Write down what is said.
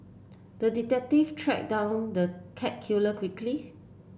the detective track down the cat killer quickly